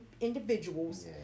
individuals